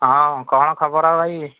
ହଁ କ'ଣ ଖବର ଭାଇ